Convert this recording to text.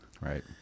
Right